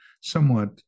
somewhat